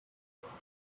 its